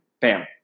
bam